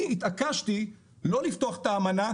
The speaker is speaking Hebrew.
אני התעקשתי לא לפתוח את האמנה,